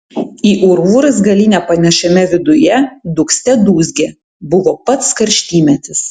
į urvų raizgalynę panašiame viduje dūgzte dūzgė buvo pats karštymetis